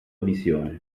visione